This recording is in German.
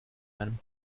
meinen